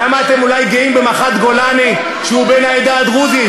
למה אתם אולי גאים במח"ט גולני שהוא בן העדה הדרוזית.